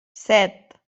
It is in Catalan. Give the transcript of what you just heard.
set